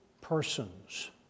persons